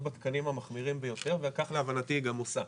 בתקנים המחמירים ביותר וכך להבנתי היא גם עושה.